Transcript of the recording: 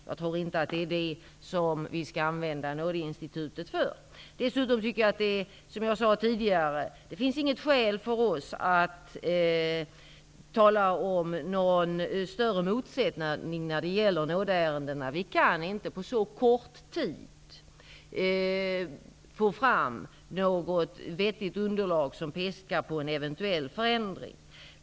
Jag tror inte att det är det som vi skall använda nådeinstitutet till. Dessutom tycker jag, som jag sade tidigare, inte att det finns något skäl för oss att tala om någon större motsättning när det gäller nådeärendena. Vi kan inte på så kort tid få fram något vettigt underlag som pekar på en eventuell förändring.